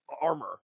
armor